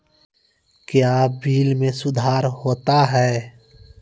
क्या बिल मे सुधार होता हैं?